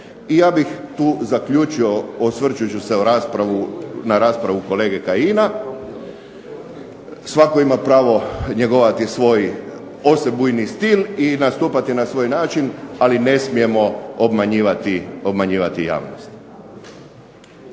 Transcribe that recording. I ja bih tu zaključio osvrčući se na raspravu kolege Kajina. Svatko ima pravo njegovati svoj osebujni stil i nastupati na svoj način, ali ne smijemo obmanjivati javnost.